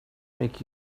make